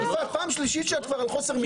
פעם שלישית שאת כבר על חוסר מקצועיות.